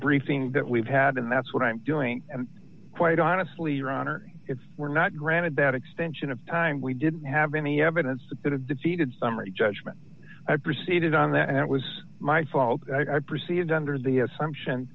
briefing that we've had and that's what i'm doing and quite honestly your honor it's we're not granted that extension of time we didn't have any evidence that it defeated summary judgment i proceeded on that and it was my fault i proceeded under the assumption